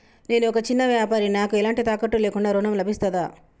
నేను ఒక చిన్న వ్యాపారిని నాకు ఎలాంటి తాకట్టు లేకుండా ఋణం లభిస్తదా?